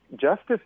justice